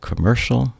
Commercial